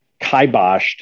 kiboshed